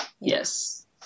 yes